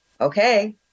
okay